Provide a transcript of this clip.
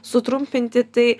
sutrumpinti tai